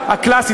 בבקעת-הירדן.